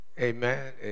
Amen